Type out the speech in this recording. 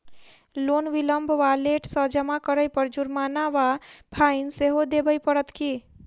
Loan विलंब वा late सँ जमा करै पर जुर्माना वा फाइन सेहो देबै पड़त की?